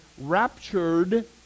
raptured